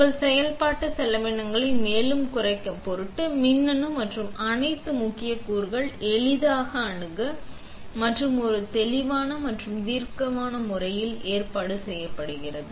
உங்கள் செயல்பாட்டு செலவினங்களை மேலும் குறைக்க பொருட்டு மின்னணு மற்றும் அனைத்து முக்கிய கூறுகள் எளிதாக அணுக மற்றும் ஒரு தெளிவான மற்றும் தர்க்கரீதியான முறையில் ஏற்பாடு செய்யப்படுகிறது